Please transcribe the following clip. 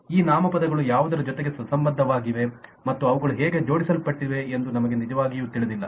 ಈ ನಾಮಪದಗಳು ಯಾವುದರ ಜೊತೆಗೆ ಸುಸಂಬದ್ಧವಾಗಿದೆ ಮತ್ತು ಅವುಗಳು ಹೇಗೆ ಜೋಡಿಸಲ್ಪಟ್ಟಿವೆ ಎಂದು ನಮಗೆ ನಿಜವಾಗಿಯೂ ತಿಳಿದಿಲ್ಲ